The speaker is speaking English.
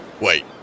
Wait